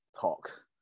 talk